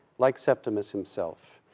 like septimus himself.